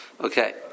Okay